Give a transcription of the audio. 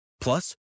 Plus